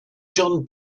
john